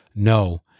No